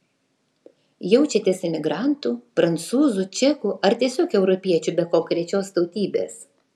jaučiatės emigrantu prancūzu čeku ar tiesiog europiečiu be konkrečios tautybės